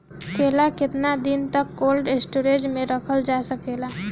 केला केतना दिन तक कोल्ड स्टोरेज में रखल जा सकेला?